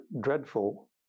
dreadful